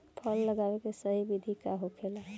फल लगावे के सही विधि का होखेला?